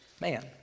man